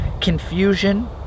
confusion